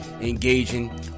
engaging